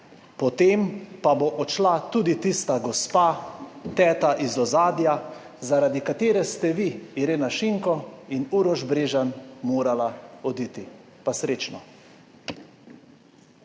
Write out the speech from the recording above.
potem pa bo odšla tudi tista gospa, teta iz ozadja, zaradi katere ste vi, Irena Šinko in Uroš Brežan morala oditi. Pa srečno.